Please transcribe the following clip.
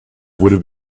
would